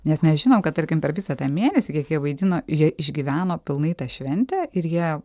nes mes žinom kad tarkim per visą tą mėnesį kiek jie vaidino jie išgyveno pilnai tą šventę ir jie